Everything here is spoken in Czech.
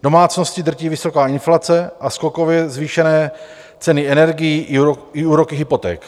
Domácnosti drtí vysoká inflace a skokově zvýšené ceny energií i úroky hypoték.